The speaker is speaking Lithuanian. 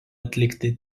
atlikti